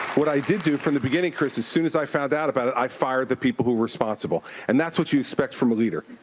what i did do from the beginning, chris, as soon as i found out about it, i fired the people who were responsible. and that's what you expect from a leader.